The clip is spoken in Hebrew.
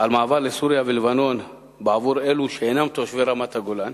על מעבר לסוריה ולבנון בעבור אלו שאינם תושבי רמת-הגולן.